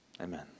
Amen